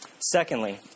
Secondly